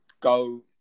go